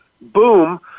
Boom